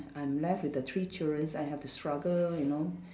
I'm left with the three children I have to struggle you know